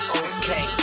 okay